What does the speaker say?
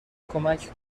کمک